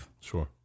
Sure